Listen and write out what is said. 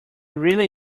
really